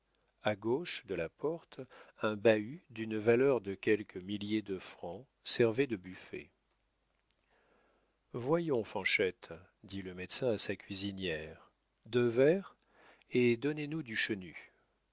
a gauche de la porte un bahut d'une valeur de quelques milliers de francs servait de buffet voyons fanchette dit le médecin à sa cuisinière deux verres et donnez-nous du